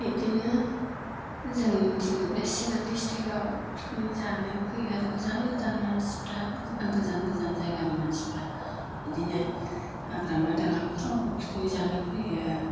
बिदिनो जोंनिथिं बे चिरां डिसट्रिक्टआव पिकनिक जानो फैयो आरो गोजान गोजान मानसिफ्रा गोजान गोजान जायगानि मानसिफ्रा इदिनो हाग्रामा दालांफ्रावबो पिकनिक जानो फैयो